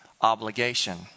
obligation